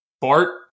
Bart